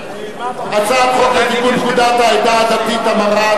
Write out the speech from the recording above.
הצעת חוק לתיקון פקודת העדה הדתית (המרה)